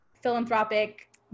philanthropic